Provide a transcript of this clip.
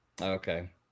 Okay